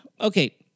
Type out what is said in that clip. Okay